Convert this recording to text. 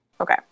Okay